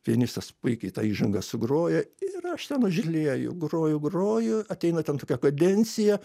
pianistas puikiai tą įžangą sugroja ir aš ten užlieju groju groju ateina ten tokia kadencija